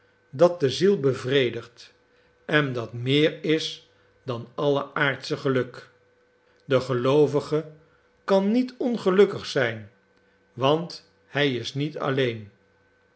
dat de ziel bevredigt en dat meer is dan alle aardsch geluk de geloovige kan niet ongelukkig zijn want hij is niet alleen